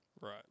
Right